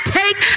take